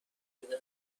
بودن